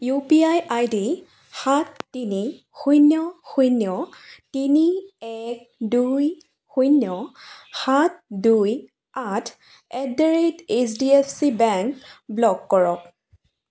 UPI ID সাত তিনি শূন্য শূন্য তিনি এক দুই শূন্য সাত দুই আঠ at the rate HDFC bank block কৰক